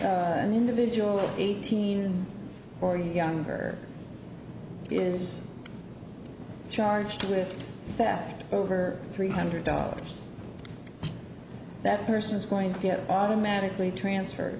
if an individual eighteen or younger is charged with theft over three hundred dollars that person is going to get automatically transferred